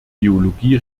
biologie